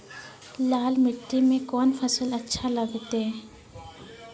लाल मिट्टी मे कोंन फसल अच्छा लगते?